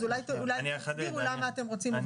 אולי תסבירו למה אתם רוצים עובדים זרים.